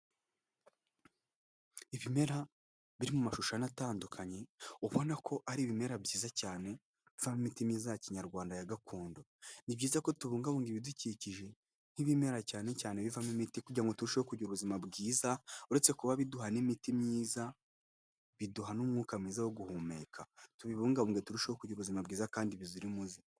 Ibimera biri mu mashusho ane atandukanye ubona ko ari ibimera byiza cyane bivamo imiti myiza ya kinyarwanda ya gakondo ,ni byiza ko tubungabunga ibidukikije nk'ibimera cyane cyane bivamo imiti kugirango ngo turusheho kugira ubuzima bwiza. Uretse kuba biduha imiti myiza biduha n'umwuka mwiza wo guhumeka tubibungabunga turusheho kugira ubuzima bwiza kandi buzira umuze.